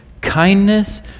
kindness